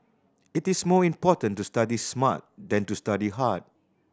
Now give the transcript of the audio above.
it is more important to study smart than to study hard